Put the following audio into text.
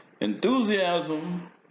Enthusiasm